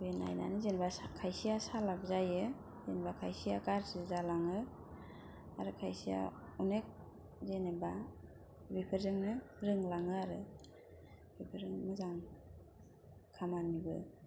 TV नायनानै जेनेबा खायसेया सालाक जायो जेनेबा खायसेया गाज्रि जालाङो आरो खायसेया बायदिसिना जेनेबा बिफोरजोंनो रोंलाङो आरो बेफोरो मोजां खामानिबो